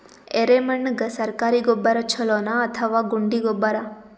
ಎರೆಮಣ್ ಗೆ ಸರ್ಕಾರಿ ಗೊಬ್ಬರ ಛೂಲೊ ನಾ ಅಥವಾ ಗುಂಡಿ ಗೊಬ್ಬರ?